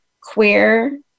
queer